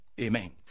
Amen